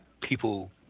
people